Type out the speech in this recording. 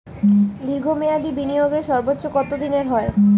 দীর্ঘ মেয়াদি বিনিয়োগের সর্বোচ্চ কত দিনের হয়?